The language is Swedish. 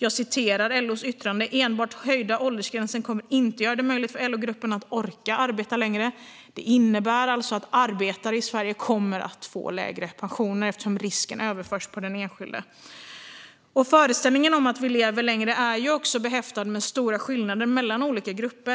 Av LO:s yttrande framgår att enbart höjda åldersgränser inte kommer att göra det möjligt för LO-grupperna att orka arbeta längre. Det innebär alltså att arbetare i Sverige kommer att få lägre pensioner eftersom risken överförs på den enskilde. Föreställningen om att vi lever längre är också behäftad med stora skillnader mellan olika grupper.